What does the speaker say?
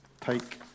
take